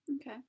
Okay